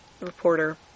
reporter